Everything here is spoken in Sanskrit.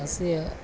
अस्य